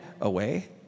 away